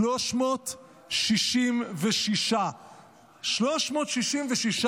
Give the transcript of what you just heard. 366. 366,